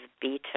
beaten